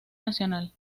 nacional